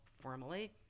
formally